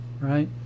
right